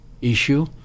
issue